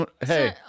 Hey